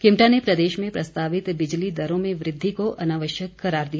किमटा ने प्रदेश में प्रस्तावित बिजली दरों में वृद्वि को अनावश्यक करार दिया